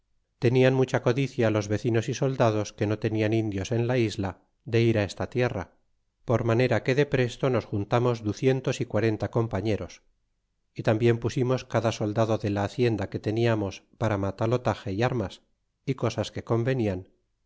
tenian mucha codicia los vecinos y soldados que no tenian indios en la isla de ir esta tierra por manera que de presto nos juntamos ducientos y cuarenta compañeros y tambien pusimos cada soldado de la hacienda que teniamos para matalotaje y armas y cosas que convenian